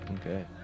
Okay